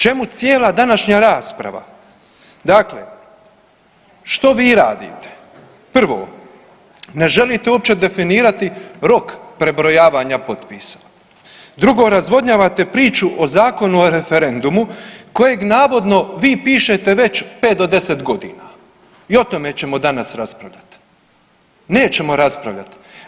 Čemu cijela današnja rasprava, dakle što vi radite, prvo ne želite uopće definirati rok prebrojavanja potpisa, drugo, razvodnjavate priču o Zakonu o referendumu kojeg navodno vi pišete već 5 do 10.g. i o tome ćemo danas raspravljati, nećemo raspravljati.